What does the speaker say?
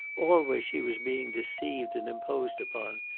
always she was being deceived and imposed upon.